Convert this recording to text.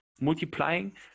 multiplying